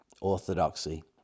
orthodoxy